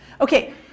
Okay